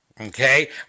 okay